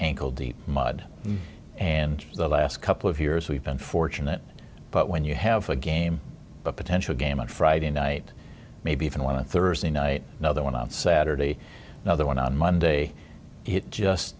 ankle deep mud and the last couple of years we've been fortunate but when you have a game a potential game on friday night maybe even one thursday night another one on saturday now the one on monday it just